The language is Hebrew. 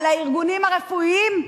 על הארגונים הרפואיים?